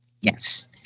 Yes